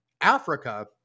Africa